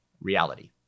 Reality